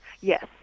Yes